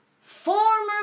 former